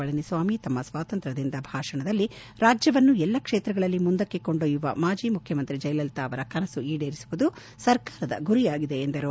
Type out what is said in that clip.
ಪಳನಿಸ್ವಾಮಿ ತಮ್ನ ಸ್ವಾತಂತ್ರ್ವ ದಿನದ ಭಾಷಣದಲ್ಲಿ ರಾಜ್ಯವನ್ನು ಎಲ್ಲಾ ಕ್ಷೇತ್ರಗಳಲ್ಲಿ ಮುಂದಕ್ಕೆ ಕೊಂಡ್ಡೊಯುವ ಮಾಜಿ ಮುಖ್ಯಮಂತ್ರಿ ಜಯಲಲಿತ ಅವರ ಕನಸು ಈಡೇರಿಸುವುದು ಸರ್ಕಾರದ ಗುರಿಯಾಗಿದೆ ಎಂದು ಹೇಳಿದರು